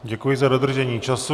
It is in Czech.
Děkuji za dodržení času.